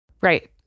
Right